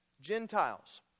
Gentiles